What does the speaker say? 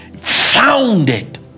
founded